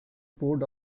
board